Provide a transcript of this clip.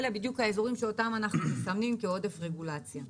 אלה בדיוק האזורים שאותם אנחנו מסמנים כעודף רגולציה.